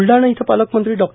ब्लडाणा इथं पालकमंत्री डॉ